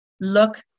look